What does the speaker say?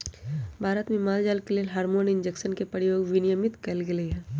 भारत में माल जाल के लेल हार्मोन इंजेक्शन के प्रयोग विनियमित कएल गेलई ह